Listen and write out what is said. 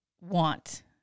want